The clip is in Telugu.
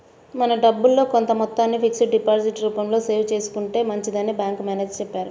మన డబ్బుల్లో కొంత మొత్తాన్ని ఫిక్స్డ్ డిపాజిట్ రూపంలో సేవ్ చేసుకుంటే మంచిదని బ్యాంకు మేనేజరు చెప్పారు